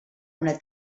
una